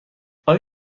آیا